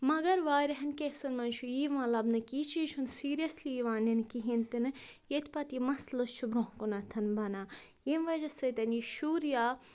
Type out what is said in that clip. مگر واریاہَن کیسَن منٛز چھُ یہِ یِوان لَبنہٕ کہِ یہِ چیٖز چھُنہٕ سیٖریَسلی یِوان نِنہٕ کِہیٖنۍ تِنہٕ ییٚتہِ پتہٕ یہِ مسلہٕ چھُ برٛونٛہہ کُنَتھ بنا ییٚمہِ وَجہ سۭتۍ یہِ شُر یا